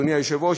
אדוני היושב-ראש,